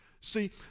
See